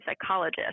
psychologist